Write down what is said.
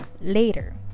later